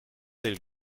del